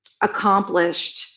accomplished